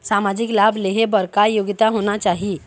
सामाजिक लाभ लेहे बर का योग्यता होना चाही?